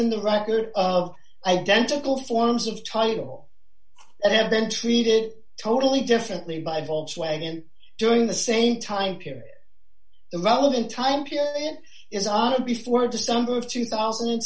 in the record of identical forms of title that have been treated totally differently by volkswagen during the same time period the mauldin time period then is on it before december of two thousand and